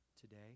today